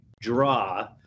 draw